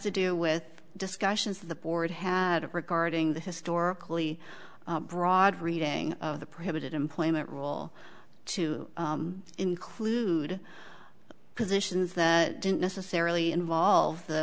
to do with discussions of the board had regarding the historically broad reading of the prohibited employment rule to include positions that didn't necessarily involve the